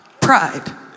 pride